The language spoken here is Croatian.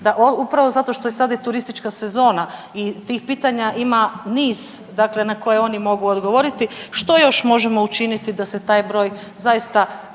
upravo zato što je sad i turistička sezona i tih pitanja ima niz dakle na koje oni mogu odgovoriti, što još možemo učiniti da se taj broj zaista